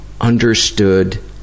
understood